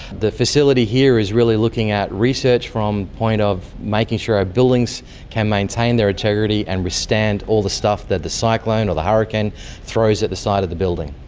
the facility here is really looking at research from point of making sure our buildings can maintain their integrity and withstand all the stuff that the cyclone or the hurricane throws at the side of the building.